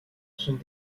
sont